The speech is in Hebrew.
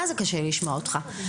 מה זה קשה לי לשמוע אותך.